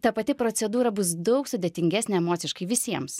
ta pati procedūra bus daug sudėtingesnė emociškai visiems